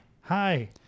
Hi